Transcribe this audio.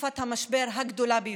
בתקופת המשבר הגדול ביותר,